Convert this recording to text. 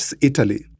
Italy